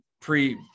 pre